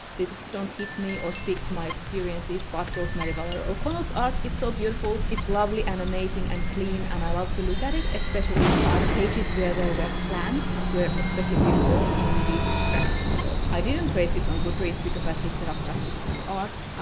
they just don't hit me or speak to my experiences. but rosemary valero-o'connell's art is so beautiful, it's lovely and amazing and clean, and i love to look at it, especially ah the pages where there were plants were especially beautiful in this graphic novel. i didn't rate this on goodreads because i picked it up just because of the art.